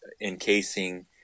encasing